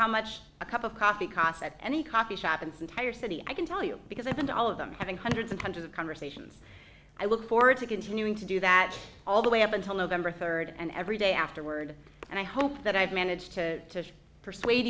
how much a cup of coffee costs at any coffee shop and some tire city i can tell you because i've been to all of them having hundreds and hundreds of conversations i look forward to continuing to do that all the way up until november third and every day afterward and i hope that i've managed to persuade